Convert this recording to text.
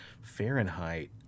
Fahrenheit